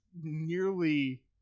nearly